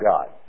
God